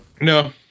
No